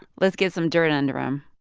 let's get some dirt under um